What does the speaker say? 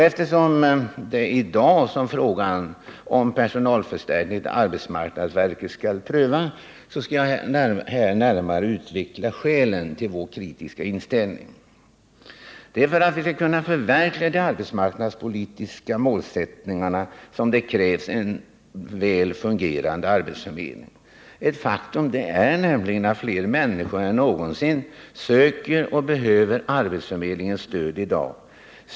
Eftersom det är i dag som frågan om personalförstärkningen till arbetsmarknadsverket skall avgöras, skall jag här närmare utveckla skälen till vår kritiska inställning. För att vi skall kunna förverkliga de arbetsmarknadspolitiska målsättning arna krävs bl.a. en väl fungerande arbetsförmedling. Ett faktum är nämligen att fler människor än någonsin söker och behöver arbetsförmedlingens stöd i dag.